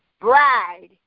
bride